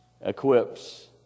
equips